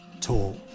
talk